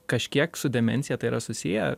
kažkiek su demencija tai yra susiję